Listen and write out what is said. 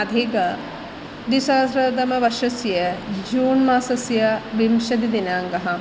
अधिकं द्विसहस्रतमवर्षस्य जून् मासस्य विंशतिदिनाङ्कः